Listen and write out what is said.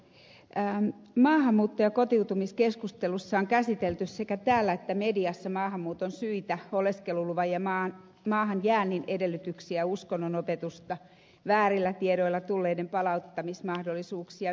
maahanmuutto ja kotiutumiskeskustelussa on käsitelty sekä täällä että mediassa maahanmuuton syitä oleskeluluvan ja maahanjäännin edellytyksiä uskonnonopetusta väärillä tiedoilla tulleiden palauttamismahdollisuuksia ynnä muuta